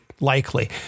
likely